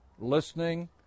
Listening